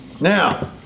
Now